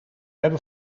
hebben